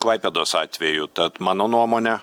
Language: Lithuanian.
klaipėdos atveju tad mano nuomone